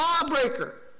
lawbreaker